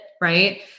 right